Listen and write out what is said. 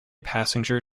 passenger